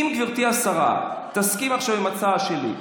אם גברתי השרה תסכים עכשיו עם ההצעה שלי,